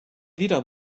wieder